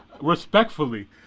respectfully